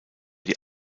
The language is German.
die